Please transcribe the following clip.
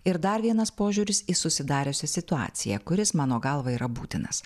ir dar vienas požiūris į susidariusią situaciją kuris mano galva yra būtinas